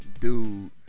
dude